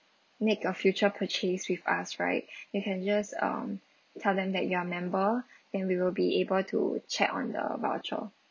make a future purchase with us right you can just um tell them that you are member and we will be able to check on the voucher